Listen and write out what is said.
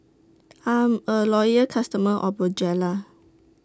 I'm A Loyal customer of Bonjela